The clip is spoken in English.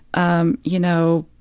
um you know,